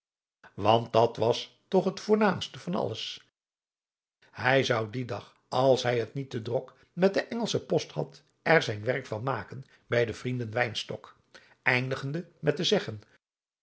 want dat was toch het voornaamste van alles hij zou dien dag als hij het niet te drok met de engelsche post had er zijn werk van maken bij de vrienden wynstok eindigende met te zeggen